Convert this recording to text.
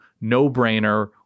no-brainer